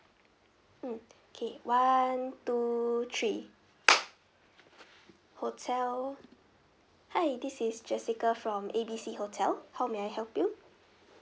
mm okay one two three hotel hi this is jessica from A B C hotel how may I help you